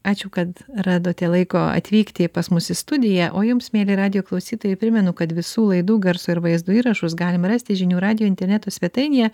ačiū kad radote laiko atvykti pas mus į studiją o jums mieli radijo klausytojai primenu kad visų laidų garso ir vaizdo įrašus galima rasti žinių radijo interneto svetainėje